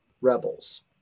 Rebels